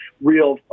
real